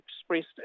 expressed